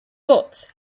but